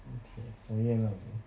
okay 我原谅你